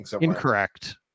Incorrect